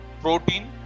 protein